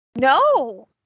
No